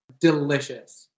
Delicious